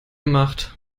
macht